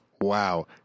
WoW